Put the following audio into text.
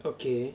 okay